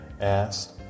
asked